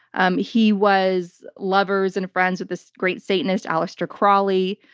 um he was lovers and friends with this great satanist, aleister crowley,